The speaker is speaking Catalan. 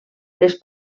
les